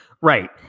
Right